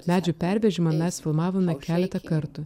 medžių pervežimą mes filmavome keletą kartų